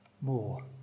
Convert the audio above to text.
more